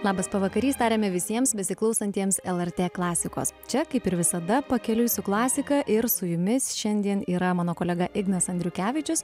labas pavakarys tariame visiems besiklausantiems lrt klasikos čia kaip ir visada pakeliui su klasika ir su jumis šiandien yra mano kolega ignas andriukevičius